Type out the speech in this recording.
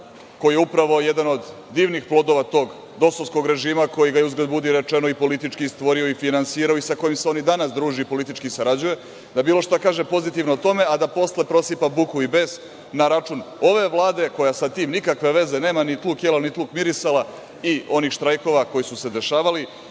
koji je upravo jedan od divnih plodova tog dosovskog režima koji ga je uzgred bude i rečeno i politički stvorili i finansirali, i sa kojim se oni danas druži i politički sarađuje, da bilo šta kaže pozitivno o tome, a da posle prosipa buku i bes na račun ove Vlade, koja sa tim nikakve veze nema, nit luk jelo nit luk mirisala, i onih štrajkova koji su se dešavali.I,